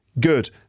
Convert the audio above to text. Good